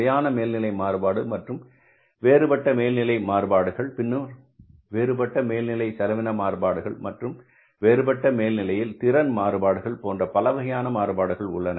நிலையான மேல்நிலை மாறுபாடு மற்றும் வேறுபட்ட மேல்நிலை மாறுபாடுகள் பின்னர் வேறுபட்ட மேல்நிலை செலவின மாறுபாடுகள் மற்றும் வேறுபட்ட மேல்நிலை திறன் மாறுபாடுகள் போன்ற பலவகையான மாறுபாடுகள் உள்ளன